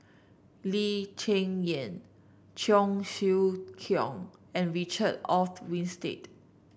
Lee Cheng Yan Cheong Siew Keong and Richard Olaf Winstedt